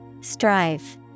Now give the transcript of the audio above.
Strive